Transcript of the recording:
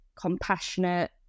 compassionate